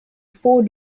four